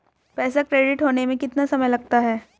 पैसा क्रेडिट होने में कितना समय लगता है?